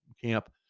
camp